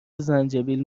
زنجبیل